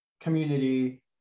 community